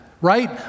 right